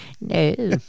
No